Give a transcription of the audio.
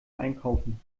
einkaufen